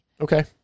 Okay